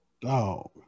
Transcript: Dog